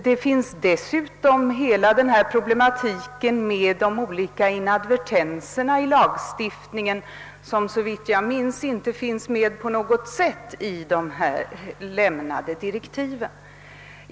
Dessutom har vi hela denna problematik med de olika inadvertenserna i lagstiftningen, som, såvitt jag minns, inte på något sätt tagits med i de lämnade direktiven.